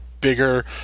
bigger